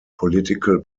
political